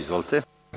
Izvolite.